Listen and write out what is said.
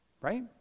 Right